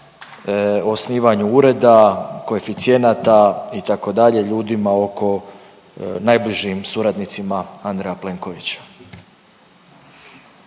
osnivanju ureda, koeficijenata, itd. ljudima oko najbližim suradnicima Andreja Plenkovića?